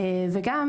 וגם,